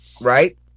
Right